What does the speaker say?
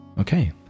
Okay